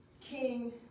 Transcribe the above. king